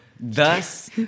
Thus